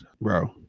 bro